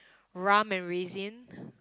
rum and raisin